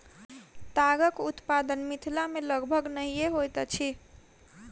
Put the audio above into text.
तागक उत्पादन मिथिला मे लगभग नहिये होइत अछि